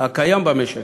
הקיים במשק.